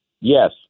Yes